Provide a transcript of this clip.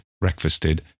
breakfasted